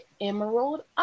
Emerald